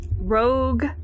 rogue